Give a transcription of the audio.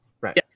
right